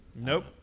Nope